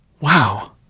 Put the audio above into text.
Wow